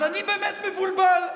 אז אני באמת מבולבל.